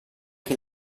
che